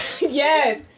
yes